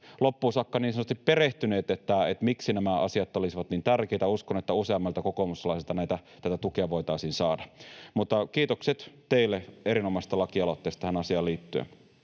loppuun saakka niin sanotusti perehtyneet siihen, miksi nämä asiat olisivat niin tärkeitä, ja uskon, että useammalta kokoomuslaiselta tätä tukea voitaisiin saada. Mutta kiitokset teille erinomaisesta lakialoitteesta tähän asiaan liittyen.